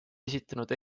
esitanud